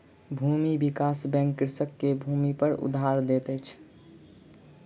भूमि विकास बैंक कृषक के भूमिपर उधार दैत अछि